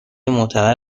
معتبر